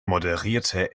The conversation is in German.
moderierte